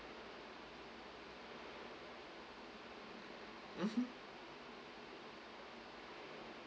mmhmm